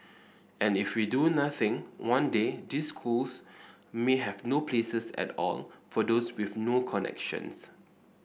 and if we do nothing one day these schools may have no places at all for those with no connections